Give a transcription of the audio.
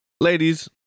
Ladies